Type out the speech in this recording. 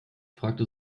fragte